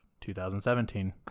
2017